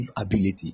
ability